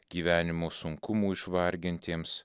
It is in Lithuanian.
gyvenimo sunkumų išvargintiems